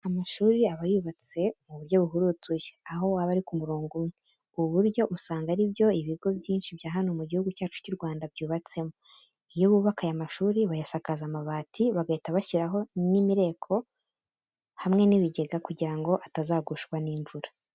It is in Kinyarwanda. Amashuri aba yubatswe mu buryo buhurutuye, aho aba ari ku murongo umwe. Ubu buryo usanga ari byo ibigo byinshi bya hano mu gihugu cyacu cy'u Rwanda byubatsemo. Iyo bubaka aya mashuri, bayasakaza amabati maze bagahita bashyiraho n'imireko hamwe n'ibigega kugira ngo atazagushwa n'imvura.